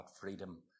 freedom